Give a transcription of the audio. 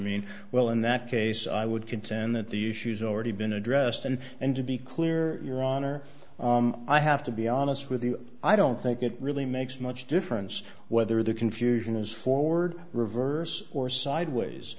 mean well in that case i would contend that the issues already been addressed and and to be clear your honor i have to be honest with you i don't think it really makes much difference whether the confusion is forward reverse or sideways